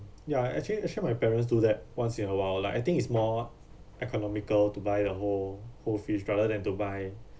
ya actually actually my parents do that once in a while lah I think it's more economical to buy the whole whole fish rather than to buy